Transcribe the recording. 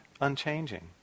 unchanging